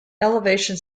elevation